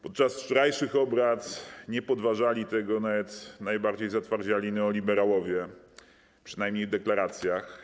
Podczas wczorajszych obrad nie podważali tego nawet najbardziej zatwardziali neoliberałowie, przynajmniej w deklaracjach.